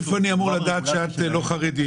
מאיפה אני אמור לדעת שאת לא חרדית?